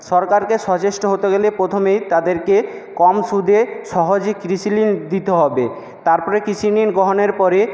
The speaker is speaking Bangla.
সরকারকে সচেষ্ট হতে গেলে প্রথমেই তাদেরকে কম সুদে সহজে কৃষি ঋণ দিতে হবে তারপরে কৃষি ঋণ গ্রহণের পরে